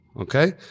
okay